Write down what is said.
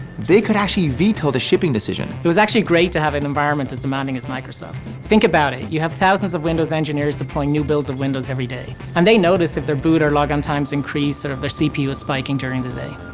they could actually veto the shipping decision. it was actually great to have an environment as demanding as microsoft. think about it. you have thousands of windows engineers deploying new builds of windows every day. and they notice if their boot or logon times increase and if sort of their cpu is spiking during the day.